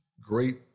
great